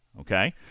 okay